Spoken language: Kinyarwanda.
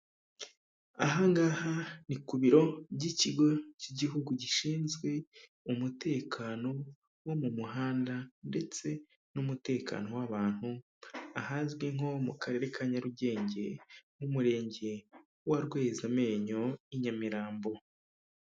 Aha ngaha ni ku biro by'ikigo cy'igihugu gishinzwe umutekano wo mu muhanda, ndetse n'umutekano w'abantu, ahazwi nko mu karere ka Nyarugenge mu murenge wa Rwezamenyo i Nyamirambo.